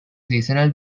seasonal